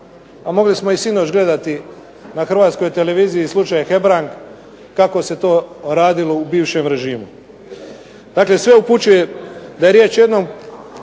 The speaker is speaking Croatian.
a mogli smo i sinoć gledati na Hrvatskoj televiziji slučaj Hebrang, kako se to radilo u bivšem režimu. Dakle sve upućuje da je riječ o jednom